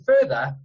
further